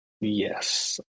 Yes